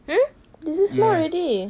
hmm this is small already